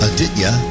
Aditya